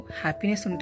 happiness